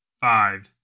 five